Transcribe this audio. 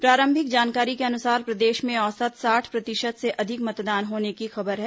प्रारंभिक जानकारी के अनुसार प्रदेश में औसत साठ प्रतिशत से अधिक मतदान होने की खबर है